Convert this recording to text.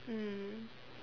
mm